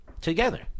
Together